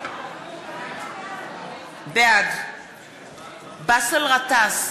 בעד באסל גטאס,